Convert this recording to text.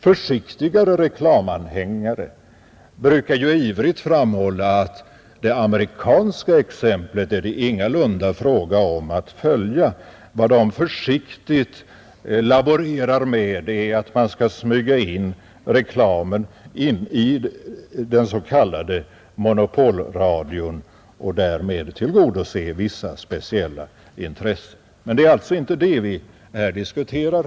Försiktigare reklamanhängare brukar ju ivrigt framhålla att det ingalunda är fråga om att följa det amerikanska exemplet. Vad de varligt laborerar med är att man skall smyga in reklamen i den s.k. monopolradion och därmed tillgodose vissa speciella intressen. Men det är inte det vi här diskuterar.